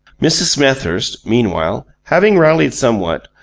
mrs. smethurst, meanwhile, having rallied somewhat,